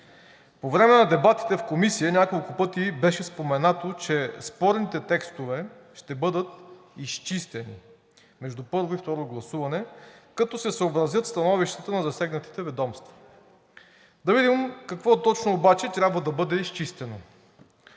По време на дебатите в Комисията няколко пъти беше споменато, че спорните текстове ще бъдат изчистени между първо и второ гласуване, като се съобразят становищата на засегнатите ведомства. Да видим какво точно обаче трябва да бъде изчистено?